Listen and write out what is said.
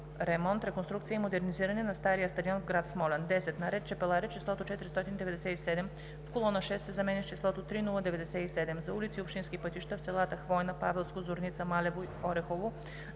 ремонт, реконструкция и модернизиране на стария стадион в град Смолян. 10. На ред Чепеларе числото „497,0“ в колона 6 се заменя с числото „3 097,0“. - за улици и общински пътища в селата Хвойна, Павелско, Зорница, Малево и Орехово;